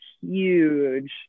huge